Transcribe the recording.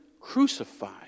crucified